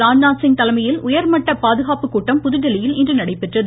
ராஜ்நாத்சிங் தலைமையில் உயர்மட்ட பாதுகாப்பு கூட்டம் புதுதில்லியில் இன்று நடைபெற்றது